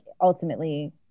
ultimately